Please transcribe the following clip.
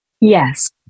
Yes